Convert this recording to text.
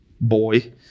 boy